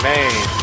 Main